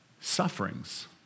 sufferings